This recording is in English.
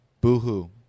Boo-hoo